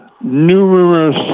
numerous